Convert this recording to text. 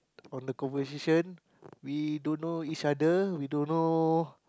on the conversation we don't know each other we don't know